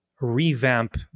revamp